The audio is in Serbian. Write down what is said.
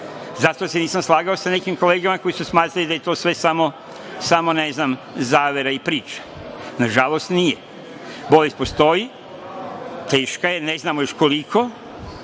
Zato se nisam slagao sa nekim kolegama koji su smatrali da je to sve, samo, ne znam, zavera i priča. Na žalost nije. Bolest postoji, teška je. Ne znamo još koliko,